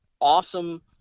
awesome